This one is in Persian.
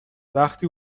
وقتی